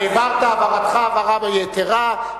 הבהרת הבהרתך הבהרה יתירה,